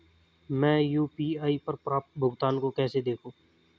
मैं यू.पी.आई पर प्राप्त भुगतान को कैसे देखूं?